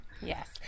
Yes